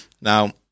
Now